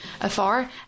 afar